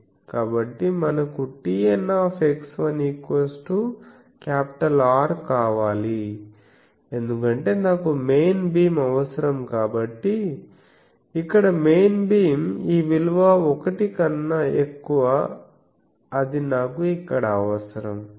కాబట్టి మనకు TN R కావాలి ఎందుకంటే నాకు మెయిన్ బీమ్ అవసరం కాబట్టి ఇక్కడ మెయిన్ బీమ్ ఈ విలువ 1 కన్నా ఎక్కువ అది నాకు ఇక్కడ అవసరం